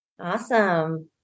Awesome